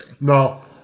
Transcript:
No